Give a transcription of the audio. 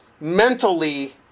mentally